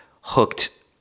hooked